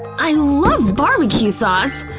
i love barbecue sauce!